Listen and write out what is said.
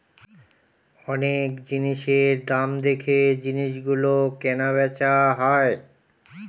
অনেক জিনিসের দাম দেখে জিনিস গুলো কেনা বেচা হয়